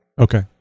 Okay